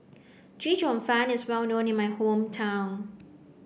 Chee Cheong Fun is well known in my hometown